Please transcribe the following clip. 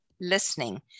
listening